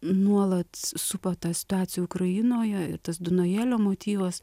nuolat supo ta situacija ukrainoje tas dunojėlio motyvas